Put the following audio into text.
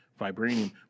vibranium